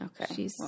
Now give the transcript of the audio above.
Okay